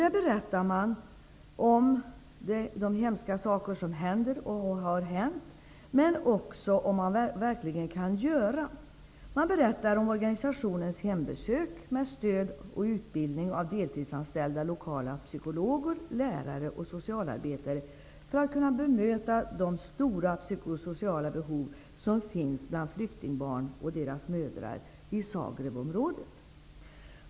Där berättar man om de hemska saker som händer och har hänt, men också om vad man verkligen kan göra. Man berättar om organisationens hembesök med stöd och utbildning av deltidsanställda lokala psykologer, lärare och socialarbetare för att kunna möta de stora psykosociala behov som finns bland flyktingbarn och deras mödrar i Zagrebområdet.